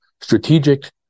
Strategic